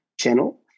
channel